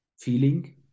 feeling